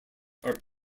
are